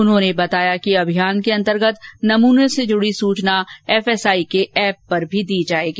उन्होंने बताया कि अभियान के अन्तर्गत नमूनों से जुड़ी सूचना एफएसआई के एप पर भी दी जाएगी